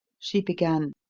she began,